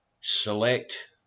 Select